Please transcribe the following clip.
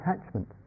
attachment